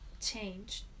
change